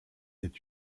est